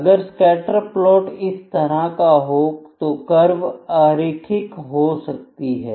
अगर scatters plot इस तरह का हो तो कर्व अरेखिक हो सकती है